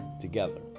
together